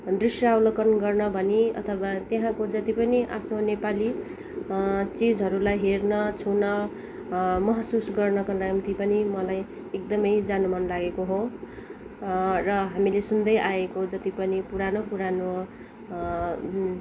दृश्यावलोकन गर्न भनी अथवा त्यहाँको जति पनि आफ्नो नेपाली चिजहरूलाई हेर्न छुन महसुस गर्नको निम्ति पनि मलाई एकदमै जानु मनलागेको हो र हामीले सुन्दै आएको जति पनि पुरानो पुरानो